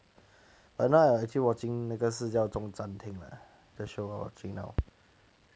oh now I actually watching 那个是叫中餐厅 lah the show I watching now